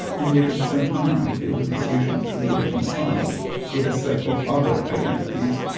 and yet, at the same time, i feel that this vision should be reconciled with a set of other identities,